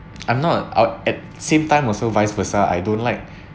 I'm not out at same time also vice versa I don't like